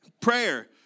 Prayer